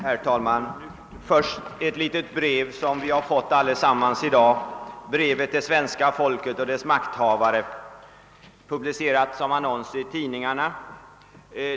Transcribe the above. Herr talman! Vi har i dag allesamman fått ett brev, »Brev till Svenska Folket och dess Makthavare», publicerat som annons i tidningarna.